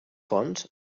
fonts